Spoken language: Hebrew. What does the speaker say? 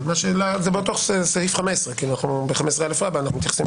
זה בתוך סעיף 15. אנחנו בסעיף 15א. אנחנו מתייחסים